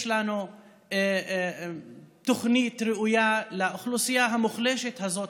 יש לנו תוכנית ראויה לאוכלוסייה המוחלשת הזאת,